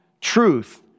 Truth